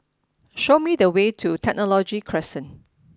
show me the way to Technology Crescent